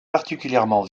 particulièrement